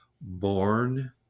born